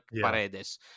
Paredes